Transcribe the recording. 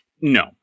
No